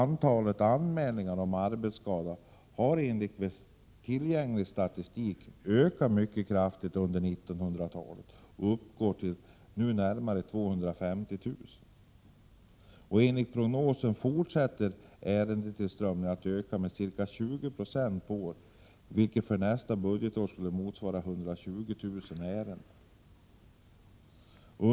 Antalet anmälningar om arbetsskador har enligt tillgänglig statistik ökat mycket kraftigt under 1980-talet och uppgår nu till närmare 250 000. Enligt prognosen fortsätter ärendetillströmningen att öka med ca 20 26 per år, vilket för nästa budgetår skulle motsvara 120 000 ärenden.